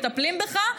מטפלים בך,